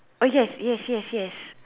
oh yes yes yes yes